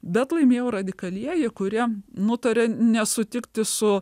bet laimėjo radikalieji kurie nutarė nesutikti su